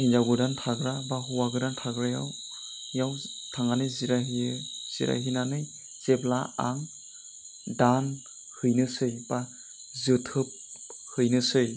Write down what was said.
हिनजाव गोदान थाग्रा बा हौवा गोदान थाग्रायाव थांनानै जिराय हैयो जिराय हैनानै जेब्ला आं दान हैनोसै बा जोथोब हैनोसै